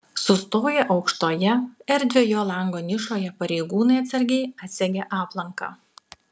sustoję aukštoje erdvioje lango nišoje pareigūnai atsargiai atsegė aplanką